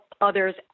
others